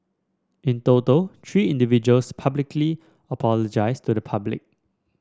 in total three individuals publicly apologised to the public